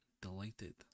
delighted